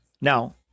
Now—